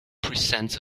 presents